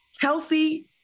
Kelsey